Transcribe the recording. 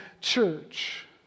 church